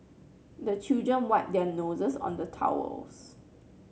the children wipe their noses on the towels